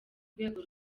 rwego